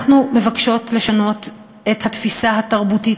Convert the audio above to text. אנחנו מבקשות לשנות את התפיסה התרבותית